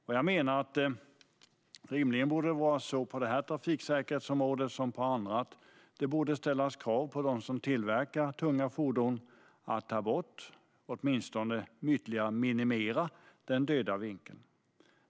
Det borde rimligen vara så på detta trafiksäkerhetsområde som på andra att det ställs krav på dem som tillverkar tunga fordon att ta bort eller åtminstone minimera döda vinkeln.